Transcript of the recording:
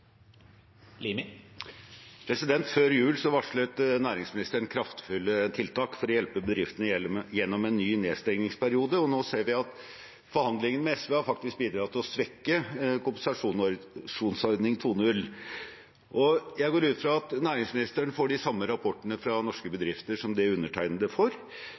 Før jul varslet næringsministeren kraftfulle tiltak for å hjelpe bedriftene gjennom en ny nedstengningsperiode. Nå ser vi at forhandlingene med SV faktisk har bidratt til å svekke kompensasjonsordningen 2.0. Jeg går ut fra at næringsministeren får de samme rapportene fra norske bedrifter som det undertegnede får.